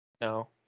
No